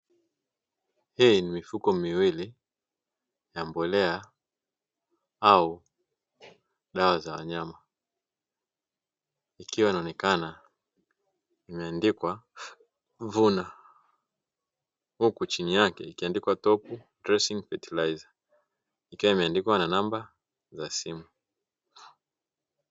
Hii ni mifuko miwili ya mbolea au dawa za wanyama, ikiwa inaonekana imeandikwa "VUNA" huku chini yake ikiandikwa "TOP DRESSING FERTILIZER", ikiwa imeandikwa na namba za simu.